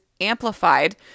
amplified